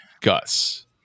Gus